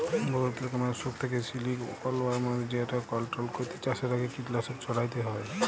বহুত রকমের অসুখ থ্যাকে সিলিকওয়ার্মদের যেট কলট্রল ক্যইরতে চাষের আগে কীটলাসক ছইড়াতে হ্যয়